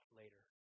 later